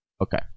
Okay